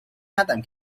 ندم